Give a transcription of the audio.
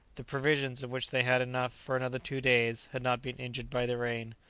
the provisions, of which they had enough for another two days, had not been injured by the rain.